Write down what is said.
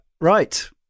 Right